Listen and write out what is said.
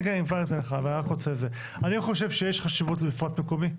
אני חושב שיש חשיבות למפרט מקומי.